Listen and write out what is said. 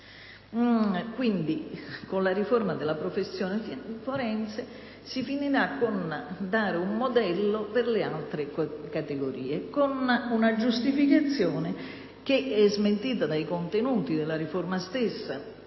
Quindi, con la riforma della professione forense si finirà con il dare un modello per le altre categorie con una giustificazione che è smentita dai contenuti della riforma stessa